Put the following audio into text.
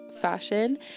fashion